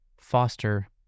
foster